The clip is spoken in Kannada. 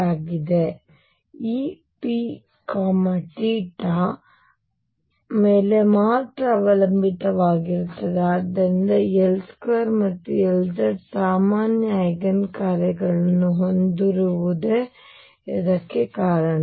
ಆದ್ದರಿಂದ ಈ pθ ಮೇಲೆ ಮಾತ್ರ ಅವಲಂಬಿತವಾಗಿರುತ್ತದೆ ಆದ್ದರಿಂದ L2 ಮತ್ತು Lz ಸಾಮಾನ್ಯ ಐಗನ್ ಕಾರ್ಯಗಳನ್ನು ಹೊಂದಿರುವುದೇ ಇದಕ್ಕೆ ಕಾರಣ